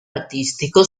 artistico